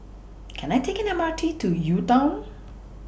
Can I Take The M R T to UTown